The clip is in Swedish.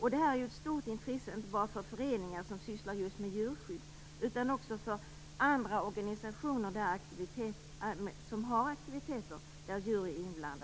Detta är av stort intresse, inte bara för föreningar som sysslar med djurskydd utan också för andra organisationer som har aktiviteter där djur är inblandade.